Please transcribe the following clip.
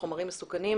בחומרים מסוכנים,